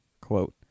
Quote